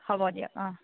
হ'ব দিয়ক অঁ হ'ব